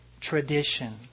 tradition